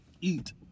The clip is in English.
eat